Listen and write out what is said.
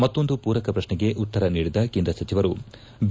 ಮತ್ತೊಂದು ಪೂರಕ ಪ್ರಶ್ನೆಗೆ ಉತ್ತರ ನೀಡಿದ ಕೇಂದ್ರ ಸಚಿವರು ಬಿ